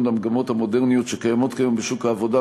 למגמות המודרניות שקיימות כיום בשוק העבודה,